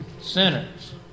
sinners